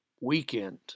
weekend